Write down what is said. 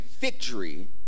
victory